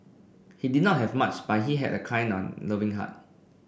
he did not have much but he had a kind on loving heart